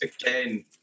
again